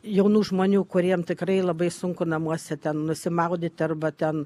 jaunų žmonių kuriem tikrai labai sunku namuose ten nusimaudyti arba ten